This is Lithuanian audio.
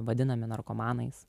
vadinami narkomanais